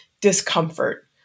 discomfort